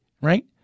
right